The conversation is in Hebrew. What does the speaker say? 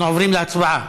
אנחנו עוברים להצבעה.